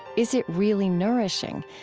is it really nourishing?